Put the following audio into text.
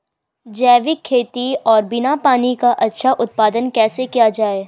जैविक खेती और बिना पानी का अच्छा उत्पादन कैसे किया जाए?